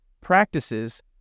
practices